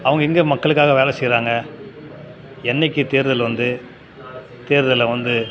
அவங்க எங்கே மக்களுக்காக செய்கிறாங்க என்றைக்கி தேர்தல் வந்து தேர்தலில் வந்து